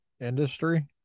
industry